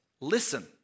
listen